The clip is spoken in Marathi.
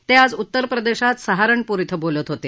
ते आज उत्तर प्रदेशात सहारणपूर इथं बोलत होते